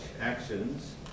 actions